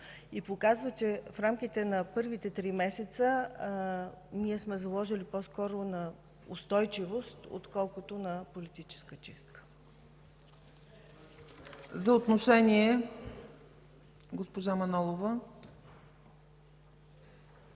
и показва, че в рамките на първите три месеца ние сме заложили по-скоро на устойчивост, отколкото на политическа чистка. ПРЕДСЕДАТЕЛ ЦЕЦКА ЦАЧЕВА: